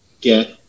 get